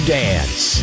dance